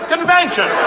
Convention